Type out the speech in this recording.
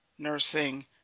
nursing